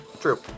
True